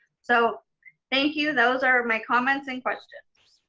so thank you. those are my comments and questions.